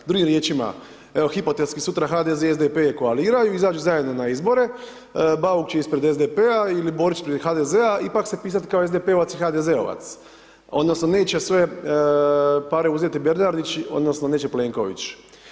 Drugim riječima, evo hipotetski, sutra HDZ i SDP koaliraju, izađu zajedno na izbore, Bauk će ispred SDP-a ili Borić ispred HDZ-a, ipak pisati kao SDP-ovac i HDZ-ovac odnosno neće sve pare uzeti Bernardić odnosno neće Plenković.